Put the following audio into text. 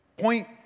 Point